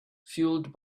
fueled